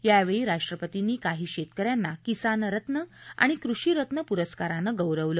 यावेळी राष्ट्रपतींनी काही शेतक यांना किसान रत्न आणि कृषी रत्न पुरस्कारांनं गौरवलं